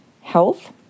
health